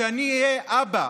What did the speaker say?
שאני אהיה אבא,